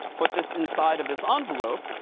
put this inside of this envelope.